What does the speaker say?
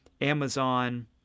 Amazon